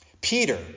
Peter